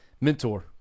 mentor